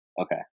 Okay